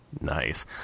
nice